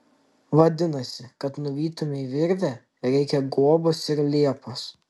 vadinasi kad nuvytumei virvę reikia guobos ir liepos